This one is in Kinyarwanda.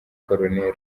col